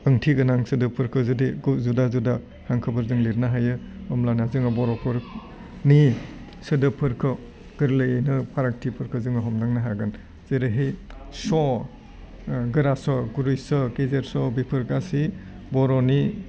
ओंथि गोनां सोदोबफोरखौ जुदि गु जुदा जुदा हांखोफोरजों लिरनो हायो होमब्लानो जोङो बर'फोरनि सोदोबफोरखौ गोरलैयैनो फारागथिफोरखौ जोङो हमदांनो हागोन जेरैहाय च' गोरा छ' गुरै च' गेजेर स' बेफोर गासै बर'नि